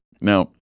Now